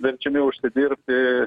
verčiami užsidirbti